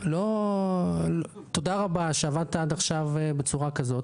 לא, תודה רבה שעבדת עד עכשיו בצורה כזאת.